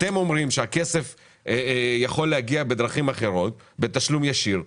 אתם אומרים שהכסף יכול להגיע בדרכים אחרות בתשלום ישיר.